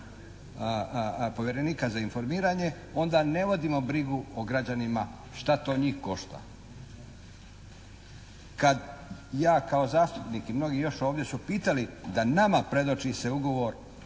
povjerenika za informiranje, onda ne vodimo brigu o građanima šta to njih košta. Kad ja kao zastupnik i mnogi još ovdje su pitali da nama predoči se ugovor